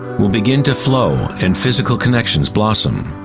will begin to flow and physical connections blossom.